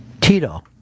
Tito